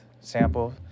sample